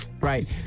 Right